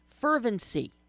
fervency